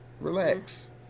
Relax